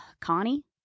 Connie